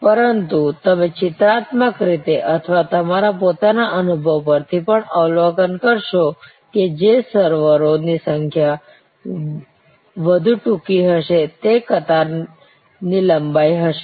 પરંતુ તમે ચિત્રાત્મક રીતે અથવા તમારા પોતાના અનુભવ પરથી પણ અવલોકન કરશો Refer Time 0546 કે જે સર્વરોસર્વર ની સંખ્યા વધુ ટૂંકી હશે તે કતારની લંબાઈ હશે